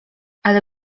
ale